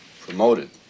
promoted